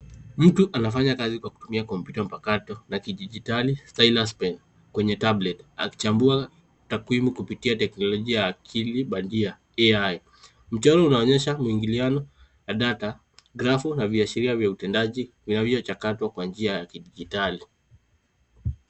Mtu anafanya kazi kwa kutumia kompyuta mpakato na kidijitali, stylus pen kwenye tablet akichambua takwimu kuptia teknolojia ya akili bandia-AI. Mchoro unaonyesha mwingiliano wa data, grafu na viashiria utendaji mchakato kwa njia ya kidijitali.